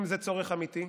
אם זה צורך אמיתי?